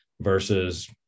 versus